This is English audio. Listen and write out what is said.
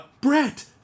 Brett